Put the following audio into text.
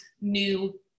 new